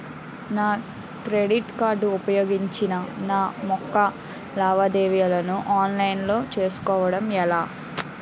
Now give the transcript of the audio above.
నా credit card ఉపయోగించి నా యెక్క లావాదేవీలను ఆన్లైన్ లో చేసుకోవడం ఎలా?